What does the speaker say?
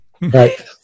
Right